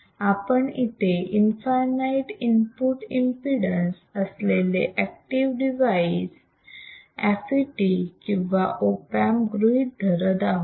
आपण इथे infinite input impedance असलेले ऍक्टिव्ह डिवाइस FET किंवा ऑप अँप गृहीत धरत आहोत